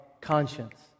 conscience